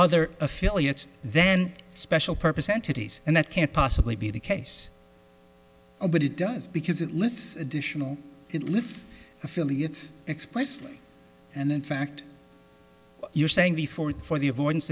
other affiliates then special purpose entities and that can't possibly be the case but it does because it lists additional it lists affiliates explicitly and in fact you're saying the fourth for the avoidance